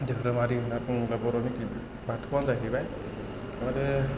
दोरोमारि होनना बुङोब्ला बर'नि गिबि बाथौवानो जाहैबाय आरो